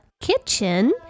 kitchen